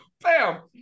bam